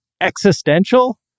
existential